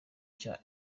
cya